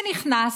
שנכנס,